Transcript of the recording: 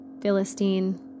Philistine